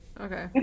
okay